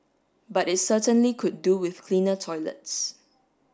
but it certainly could do with cleaner toilets